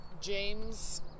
James